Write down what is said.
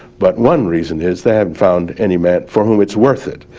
but one reason is they haven't found any man for whom it's worth it.